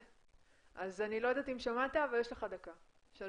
אני רוצה להצטרף לסוף דבריו של